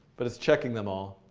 but it's checking them all.